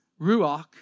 ruach